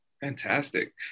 Fantastic